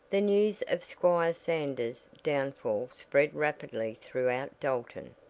the news of squire sanders' downfall spread rapidly throughout dalton.